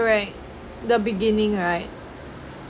correct the beginning [right]